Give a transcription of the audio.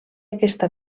aquesta